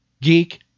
geek